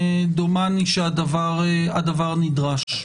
דומני שהדבר נדרש.